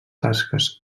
tasques